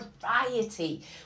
variety